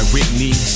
Whitney